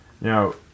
Now